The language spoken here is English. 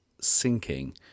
sinking